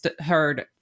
heard